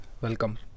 Welcome